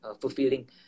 fulfilling